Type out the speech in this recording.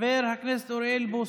חבר הכנסת אוריאל בוסו,